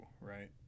right